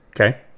Okay